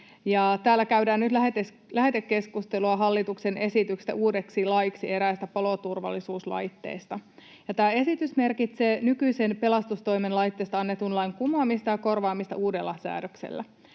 Täällä käydään nyt lähetekeskustelua hallituksen esityksestä uudeksi laiksi eräistä paloturvallisuuslaitteista. Tämä esitys merkitsee nykyisen pelastustoimen laitteista annetun lain kumoamista ja korvaamista uudella säädöksellä.